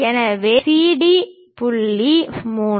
எனவே CD புள்ளி 3